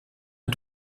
est